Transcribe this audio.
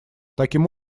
таким